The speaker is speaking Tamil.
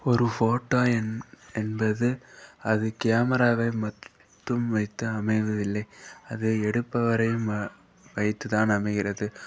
ஒரு ஃபோட்டோ என் என்பது அது கேமராவை மட்டும் வைத்து அமைவதில்லை அது எடுப்பவரையும் வைத்து தான் அமைகிறது